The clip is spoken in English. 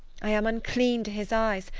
i am unclean to his eyes,